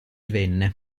venne